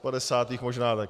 Padesátých možná také.